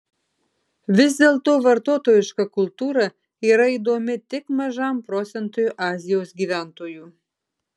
vis dėlto vartotojiška kultūra yra įdomi tik mažam procentui azijos gyventojų